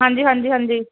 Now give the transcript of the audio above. ਹਾਂਜੀ ਹਾਂਜੀ ਹਾਂਜੀ